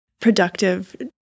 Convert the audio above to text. productive